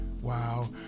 Wow